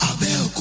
Abel